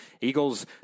Eagles